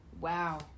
wow